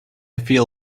feel